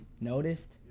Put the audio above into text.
noticed